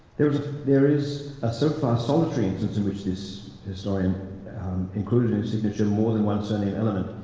there is there is a, so far, solitary instance in which this historian includes in his signature more than one surname element.